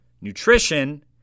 nutrition